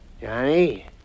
Johnny